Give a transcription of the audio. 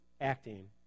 acting